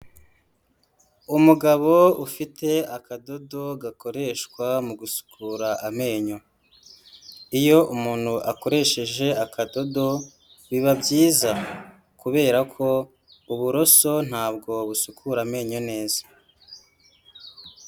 Umugabo ufite akadodo gakoreshwa mu gusukura amenyo, iyo umuntu akoresheje akadodo biba byiza kubera ko uburoso ntabwo busukura amenyo neza.